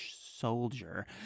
soldier